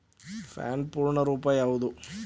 PAN ಪೂರ್ಣ ರೂಪ ಯಾವುದು?